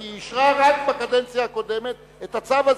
כי היא אישרה רק בקדנציה הקודמת את הצו הזה.